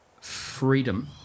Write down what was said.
freedom